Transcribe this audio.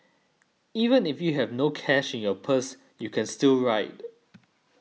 even if you have no cash in your purse you can still ride